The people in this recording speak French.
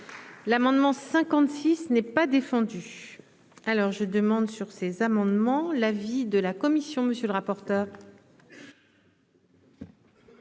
L'amendement 56 n'est pas défendu alors je demande sur ces amendements, l'avis de la commission, monsieur le rapporteur.